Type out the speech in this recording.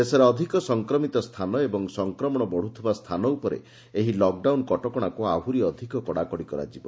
ଦେଶରେ ଅଧିକ ସଂକ୍ରମିତ ସ୍ଥାନ ଏବଂ ସଂକ୍ରମଣ ବଢୁଥିବା ସ୍ଥାନ ଉପରେ ଏହି ଲକ୍ଡାଉନ କଟକଶାକୁ ଆହୁରି ଅଧିକ କଡ଼ାକଡ଼ି କରାଯିବ